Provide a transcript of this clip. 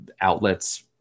outlets